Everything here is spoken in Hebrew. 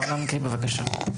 מר לנקרי, בבקשה.